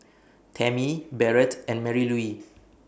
Tammy Barrett and Marylouise